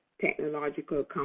Technological